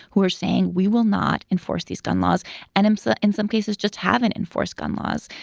who are saying we will not enforce these gun laws and msa in some cases just haven't enforced gun laws.